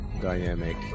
dynamic